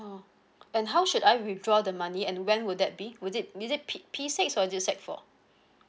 oh and how should I withdraw the money and when will that be will it will it P P six or just S_E_C four